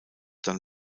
dann